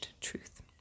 truth